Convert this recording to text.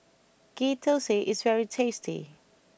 Ghee Thosai is very tasty